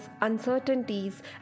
uncertainties